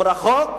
הוא רחוק,